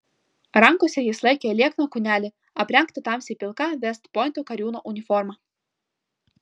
rankose jis laikė liekną kūnelį aprengtą tamsiai pilka vest pointo kariūno uniforma